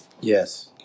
Yes